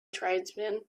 tribesman